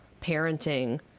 parenting